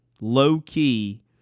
Low-key